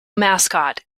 mascot